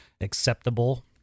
acceptable